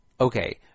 okay